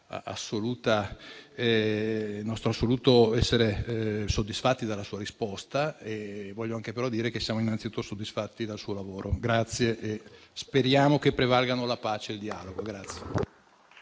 assoluta soddisfazione per la sua risposta, voglio anche aggiungere che siamo innanzitutto soddisfatti del suo lavoro. Grazie e speriamo che prevalgano la pace e il dialogo.